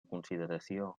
consideració